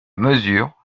mesure